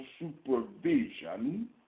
supervision